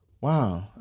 wow